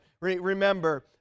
Remember